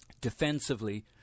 defensively